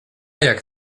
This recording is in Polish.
jak